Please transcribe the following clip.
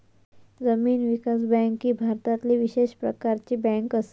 जमीन विकास बँक ही भारतातली विशेष प्रकारची बँक असा